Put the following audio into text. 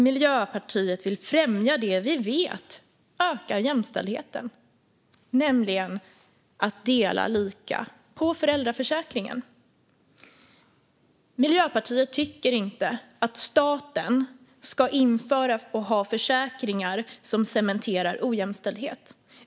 Miljöpartiet vill främja det vi vet ökar jämställdheten, nämligen att dela lika på föräldraförsäkringen. Miljöpartiet tycker inte att staten ska ha försäkringar som cementerar ojämställdhet.